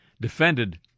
defended